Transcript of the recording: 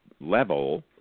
level